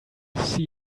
see